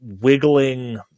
wiggling